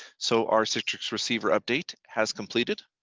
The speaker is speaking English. so, our citrix receiver update has completed.